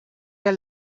der